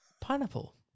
Pineapple